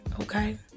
Okay